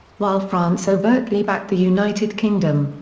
while france overtly backed the united kingdom,